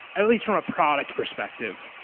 at least from a product perspective.